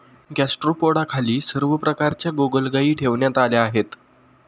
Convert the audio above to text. गॅस्ट्रोपोडाखाली सर्व प्रकारच्या गोगलगायी ठेवण्यात आल्या आहेत